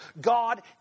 God